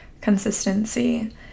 consistency